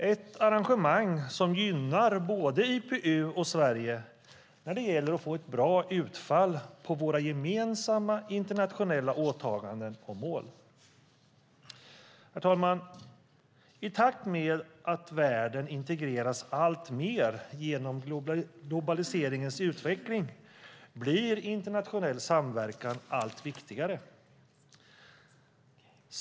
Det är ett arrangemang som gynnar både IPU och Sverige när det gäller att få ett bra utfall på våra gemensamma internationella åtaganden och mål. Herr talman! I takt med att världen integreras alltmer genom globaliseringens utveckling blir internationell samverkan allt viktigare.